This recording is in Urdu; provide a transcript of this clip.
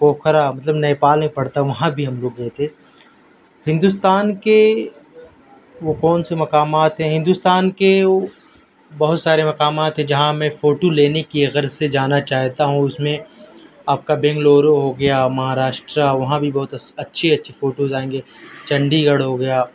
پوکھرا مطلب نیپال میں پڑتا ہے وہاں بھی ہم لوگ گیے تھے ہندوستان کے وہ کون سے مقامات ہیں ہندوستان کے بہت سارے مقامات ہیں جہاں میں فوٹو لینے کی غرض سے جانا چاہتا ہوں اس میں آپ کا بنگلورو ہو گیا مہاراشٹرا وہاں بھی بہت ہی اچھی اچھی فوٹو ہو جائیں گے چنڈی گڑھ ہو گیا